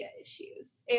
issues